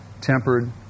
tempered